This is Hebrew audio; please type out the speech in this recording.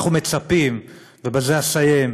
אנחנו מצפים, ובזה אסיים,